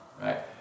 right